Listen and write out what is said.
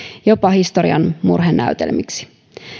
jopa historian murhenäytelmiksi